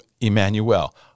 Emmanuel